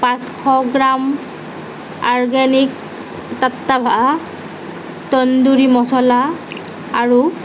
পাঁচশ gram organic টাট্টাভা তন্দুৰী মছলা আৰু